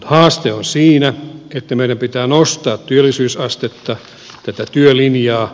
haaste on siinä että meidän pitää nostaa työllisyysastetta tätä työlinjaa